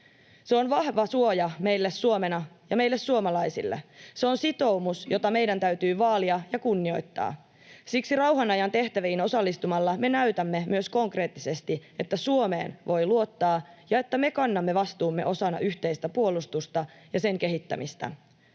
Se on vahva suoja meille Suomena ja meille suomalaisille. Se on sitoumus, jota meidän täytyy vaalia ja kunnioittaa. Siksi rauhanajan tehtäviin osallistumalla me näytämme myös konkreettisesti, että Suomeen voi luottaa ja että me kannamme vastuumme osana yhteistä puolustusta ja sen kehittämistä.